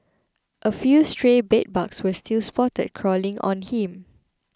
a few stray bedbugs were still spotted crawling on him